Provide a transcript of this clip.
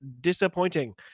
Disappointing